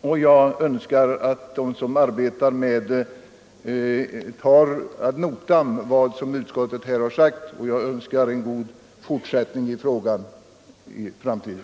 och jag önskar att de som arbetar med den tar ad notam vad utskottet har sagt. Jag önskar en god fortsättning med frågan för framtiden.